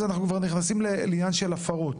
אנחנו נכנסים כבר לעניין של הפרות.